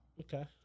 Okay